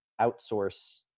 outsource